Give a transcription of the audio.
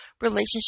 relationship